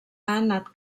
anat